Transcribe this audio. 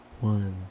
one